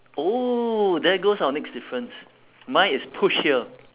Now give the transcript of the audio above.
oh there goes our next difference mine is push here